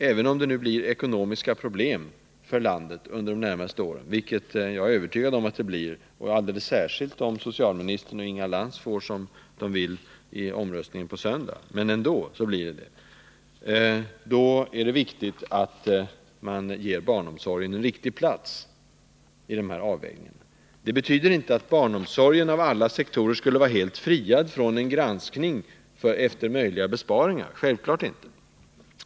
Även om det nu blir ekonomiska problem för landet under de närmaste åren, vilket jag är övertygad om att det blir — alldeles särskilt om socialministern och Inga Lantz får som de vill vid omröstningen på söndag — är det viktigt att man ger barnomsorgen förtur. Det betyder inte att barnomsorgen av alla sektorer skulle helt befrias från en granskning vad gäller möjliga besparingar — självfallet inte.